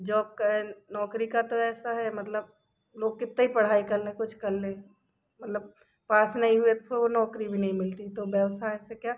job कर नौकरी का तो ऐसा है मतलब लोग कितने पढ़ाई कर ले कुछ करले मतलब पास नहीं हुए तो नौकरी भी नही मिलती तो व्यवसाय से क्या